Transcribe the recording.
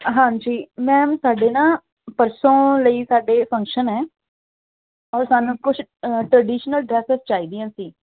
ਹਾਂਜੀ ਮੈਮ ਸਾਡੇ ਨਾ ਪਰਸੋਂ ਲਈ ਸਾਡੇ ਫੰਕਸ਼ਨ ਹੈ ਔਰ ਸਾਨੂੰ ਕੁਛ ਟਰਡੀਸ਼ਨਲ ਡਰੈਸਿਸ ਚਾਹੀਦੀਆਂ ਸੀ